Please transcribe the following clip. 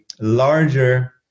larger